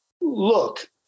look